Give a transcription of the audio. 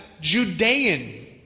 Judean